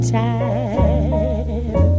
time